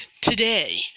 Today